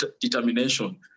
determination